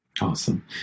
Awesome